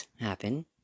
happen